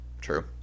true